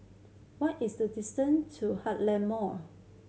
what is the distant to Heartland Mall